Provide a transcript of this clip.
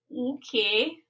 Okay